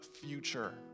future